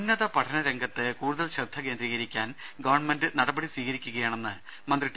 ഉന്നത പഠന രംഗത്ത് കൂടുതൽ ശ്രദ്ധ കേന്ദ്രീകരിക്കാൻ ഗവൺമെന്റ് നടപടി സ്വീകരിക്കുകയാണെന്ന് മന്ത്രി ടി